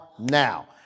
Now